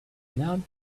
learned